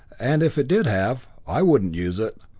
and if it did have, i wouldn't use it.